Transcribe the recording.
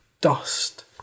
dust